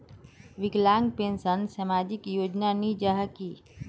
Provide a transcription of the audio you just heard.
विकलांग पेंशन सामाजिक योजना नी जाहा की?